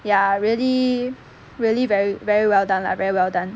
ya really really very very well done lah very well done